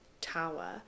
tower